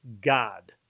god